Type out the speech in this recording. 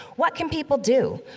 what can people do?